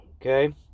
okay